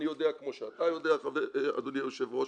אני יודע כמו שאתה יודע אדוני היושב ראש,